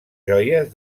joies